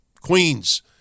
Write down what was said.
Queens